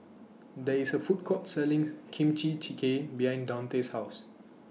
There IS A Food Court Selling Kimchi Jjigae behind Daunte's House